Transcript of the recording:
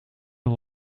een